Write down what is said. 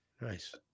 Nice